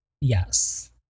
Yes